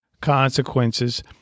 consequences